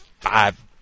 five